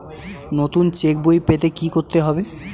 নতুন চেক বই পেতে কী করতে হবে?